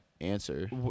answer